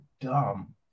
dumb